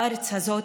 בארץ הזאת,